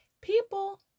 People